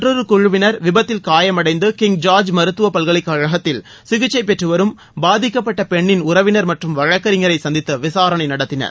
மற்றொரு குழுவினர் விபத்தில் காயமடைந்து கிங் ஜார்ஜ் மருத்துவ பல்கலைக்கழகத்தில் சிகிச்சை பெற்று வரும் பாதிக்கப்பட்ட பெண்ணின் உறவினர் மற்றும் வழக்கறிஞரை சந்தித்து விசாரணை நடத்தினர்